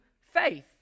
faith